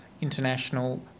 international